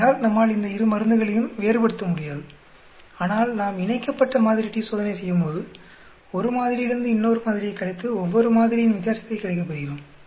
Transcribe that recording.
ஆகையால் நம்மால் இந்த இரு மருந்துகளையும் வேறுபடுத்த முடியாது ஆனால் நாம் இணைக்கப்பட்ட மாதிரி t சோதனை செய்யும்போது ஒரு மாதிரியிலிருந்து இன்னொரு மாதிரியைக் கழித்து ஒவ்வொரு மாதிரியின் வித்தியாசத்தை கிடைக்கப்பெறுகிறோம்